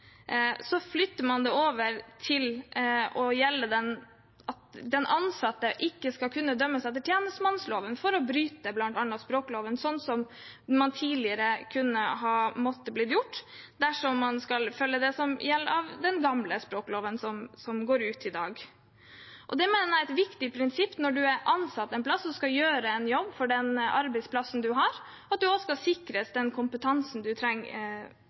den ansatte ikke skal kunne dømmes etter tjenestemannsloven for å bryte bl.a. språkloven, slik det tidligere kunne blitt gjort dersom man skulle følge det som gjaldt i den gamle språkloven, som går ut i dag. Det mener jeg er et viktig prinsipp i arbeidslivet. Når du er ansatt et sted og skal gjøre en jobb for den arbeidsplassen du har, skal du også sikres den kompetansen du trenger